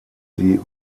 sie